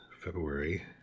February